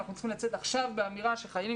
אנחנו צריכים לצאת עכשיו באמירה שחיילים